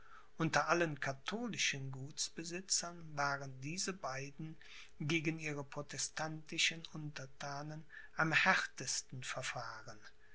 unter allen katholischen gutsbesitzern waren diese beiden gegen ihre protestantischen unterthanen am härtesten verfahren